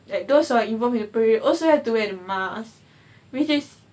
like those who are involved in the parade also have to wear a mask which is